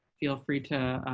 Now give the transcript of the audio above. feel free to